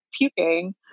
puking